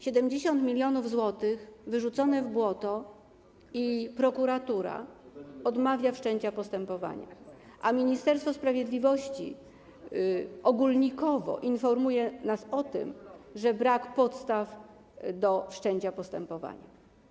70 mln zł wyrzucone w błoto, a prokuratura odmawia wszczęcia postępowania, zaś Ministerstwo Sprawiedliwości ogólnikowo informuje nas o tym, że brak jest podstaw do wszczęcia postępowania.